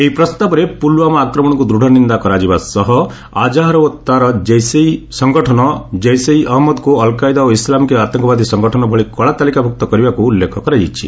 ଏହି ପ୍ରସ୍ତାବରେ ପୁଲୱାମା ଆକ୍ରମଣକୁ ଦୃଢ଼ ନିନ୍ଦା କରାଯିବା ସହ ଆକ୍ରାହର ଓ ତା'ର ସଂଗଠନ ଅଲ୍କାଏଦା ଓ ଇସ୍ଲାମିକ୍ ଆତଙ୍କବାଦୀ ସଂଗଠନ ଭଳି କଳା ତାଲିକାଭୁକ୍ତ କରିବାକୁ ଉଲ୍ଲେଖ କରାଯାଇଛି